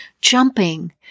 jumping